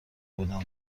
بودم